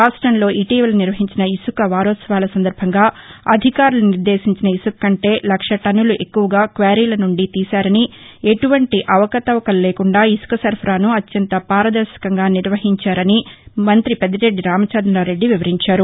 రాష్టంలో ఇటీవల నిర్వహించిన ఇసుక వారోత్సవాల సందర్బంగా అధికారులు నిర్దేశించిన ఇసుక కంటే లక్ష టన్నులు ఎక్కువగా క్వారీల నుండి తీశారని ఎటువంటి అవకతవకలు లేకుండా ఇసుక సరఫరాను అత్యంత పారదర్భకంగా నిర్వహించారని మంతి పెద్దిరెడ్డి రామచందారెడ్డి వివరించారు